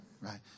Right